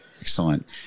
Excellent